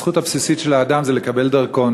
הזכות הבסיסית של האדם היא לקבל דרכון